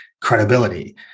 Credibility